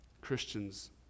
Christians